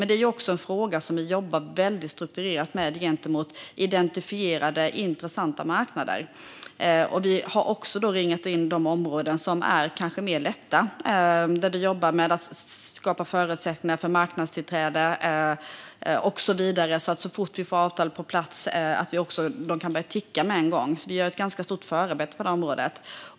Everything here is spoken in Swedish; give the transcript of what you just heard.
Det är också en fråga som vi jobbar väldigt strukturerat med gentemot identifierade, intressanta marknader. Vi har också ringat in de områden som är kanske mer lätta. Där jobbar vi med att skapa förutsättningar för marknadstillträde, och så vidare. Så fort vi får avtalen på plats kan de börja ticka med en gång. Vi gör ett ganska stort förarbete på det området.